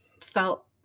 felt